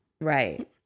right